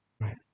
right